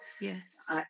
yes